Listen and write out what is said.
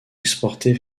exportés